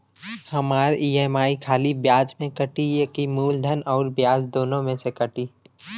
हमार ई.एम.आई खाली ब्याज में कती की मूलधन अउर ब्याज दोनों में से कटी?